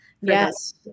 Yes